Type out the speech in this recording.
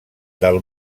del